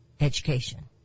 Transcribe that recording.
education